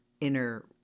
inner